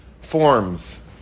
forms